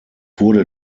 wurde